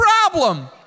problem